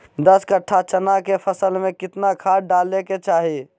दस कट्ठा चना के फसल में कितना खाद डालें के चाहि?